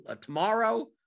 tomorrow